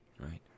Right